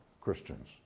Christians